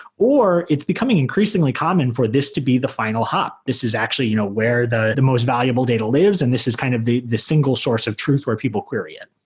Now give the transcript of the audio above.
or it's becoming increasingly common for this to be the final hop. this is actually you know where the the most valuable data lives and this is kind of the the single source of truth where people query it